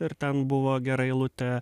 ir ten buvo gera eilutė